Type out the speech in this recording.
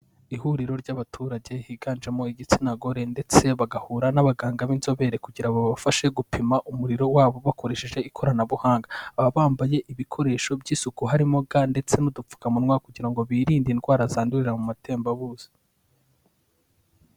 Ihuriro ry'abaturage higanjemo igitsina gore, ndetse bagahura n'abaganga b'inzobere, kugira babafashe gupima umuriro wabo bakoresheje ikoranabuhanga, baba bambaye ibikoresho by'isuku, harimo ga ndetse n'udupfukamunwa, kugira ngo birinde indwara zandurira mu matembabuzi.